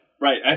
right